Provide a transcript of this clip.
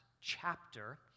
chapter